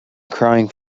crying